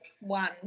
one